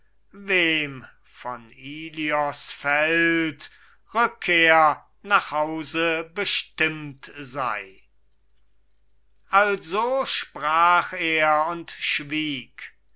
von ilios feld rückkehr nach hause bestimmt sei also sprach er und schwieg